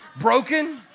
Broken